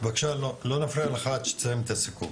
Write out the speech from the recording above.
בבקשה לא נפריע לך עד שתסיים את הסיכום.